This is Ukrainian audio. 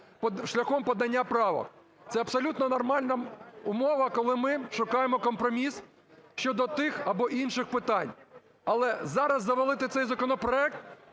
шляхом подання правок. Це абсолютно нормальна умова, коли ми шукаємо компроміс щодо тих або інших питань. Але зараз завалити цей законопроект